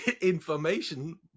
information